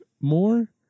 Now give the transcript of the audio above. more